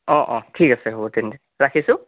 অঁ অঁ ঠিক আছে হ'ব দিয়ক ৰাখিছোঁ